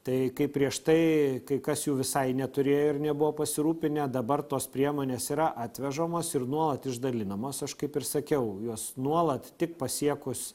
tai kaip prieš kai kas jų visai neturėjo ir nebuvo pasirūpinę dabar tos priemonės yra atvežamos ir nuolat išdalinamos aš kaip ir sakiau jas nuolat tik pasiekus